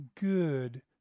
good